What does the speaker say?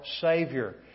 Savior